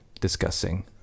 discussing